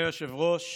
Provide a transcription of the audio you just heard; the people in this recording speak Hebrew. אדוני היושב-ראש,